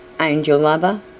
angel-lover